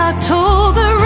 October